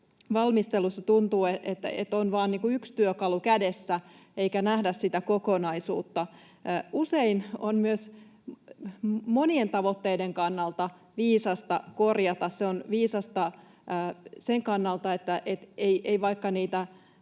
valmistelussa tuntuu, että on vain yksi työkalu kädessä eikä nähdä sitä kokonaisuutta. Usein on myös monien tavoitteiden kannalta viisasta korjata — se on viisasta sen kannalta, että vaikkapa niitä